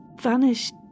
vanished